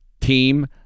team